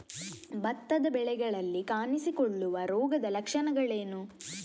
ಭತ್ತದ ಬೆಳೆಗಳಲ್ಲಿ ಕಾಣಿಸಿಕೊಳ್ಳುವ ರೋಗದ ಲಕ್ಷಣಗಳೇನು?